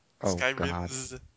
Skyrim